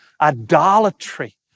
idolatry